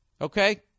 Okay